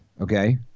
okay